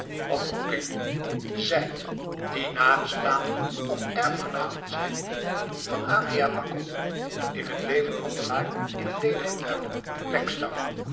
oproeping zij die nabestaanden of erfgenamen zijn van adriaan makko in leven handelaar in leder